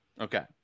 okay